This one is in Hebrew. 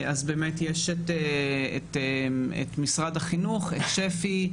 יש את משרד החינוך, את שפ"י.